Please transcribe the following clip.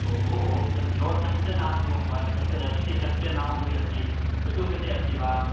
बो भोः तत् प्लोट् कस्य नाम तस्य रस्दि कस्य नाम्नः उपरि अस्ति पितुः कते अस्ति वा